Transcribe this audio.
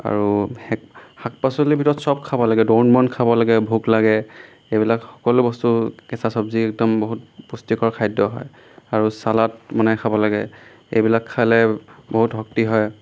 আৰু শাক শাক পাচলিৰ ভিতৰত চব খাব লাগে দ্ৰোণ বন খাব লাগে ভোক লাগে এইবিলাক সকলো বস্তু কেঁচা চব্জি একদম বহুত পুষ্টিকৰ খাদ্য হয় আৰু চালাদ বনাই খাব লাগে এইবিলাক খালে বহুত শক্তি হয়